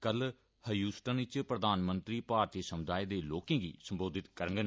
कल हयूस्टन च प्रधानमंत्री भारतीय सम्दाय दे लोकें गी सम्बोधित करगंन